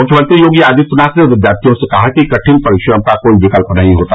मुख्यमंत्री योगी आदित्यनाथ ने विद्यार्थियों से कहा कि कठिन परिश्रम का कोई विकल्प नहीं होता